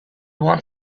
want